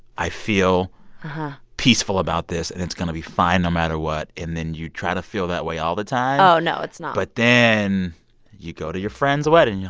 i feel peaceful about this, and it's going to be fine no matter what. and then you try to feel that way all the time oh, no. it's not. but then you go to your friend's wedding. you're